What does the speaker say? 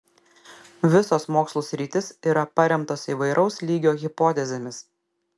visos mokslų sritys yra paremtos įvairaus lygio hipotezėmis